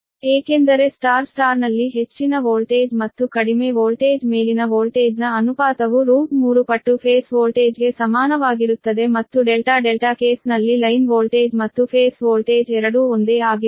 ಏಕೆಂದರೆ ಸ್ಟಾರ್ ಸ್ಟಾರ್ನಲ್ಲಿ ಹೆಚ್ಚಿನ ವೋಲ್ಟೇಜ್ ಮತ್ತು ಕಡಿಮೆ ವೋಲ್ಟೇಜ್ ಮೇಲಿನ ವೋಲ್ಟೇಜ್ನ ಅನುಪಾತವು √3 ಪಟ್ಟು ಫೇಸ್ ವೋಲ್ಟೇಜ್ಗೆ ಸಮಾನವಾಗಿರುತ್ತದೆ ಮತ್ತು ಡೆಲ್ಟಾ ಡೆಲ್ಟಾ ಕೇಸ್ ನಲ್ಲಿ ಲೈನ್ ವೋಲ್ಟೇಜ್ ಮತ್ತು ಫೇಸ್ ವೋಲ್ಟೇಜ್ ಎರಡೂ ಒಂದೇ ಆಗಿರುತ್ತವೆ